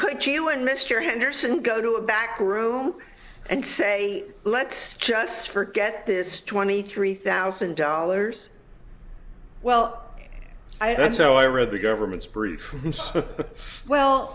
could you and mr henderson go to a back room and say let's just forget this twenty three thousand dollars well i don't so i read the government's proof well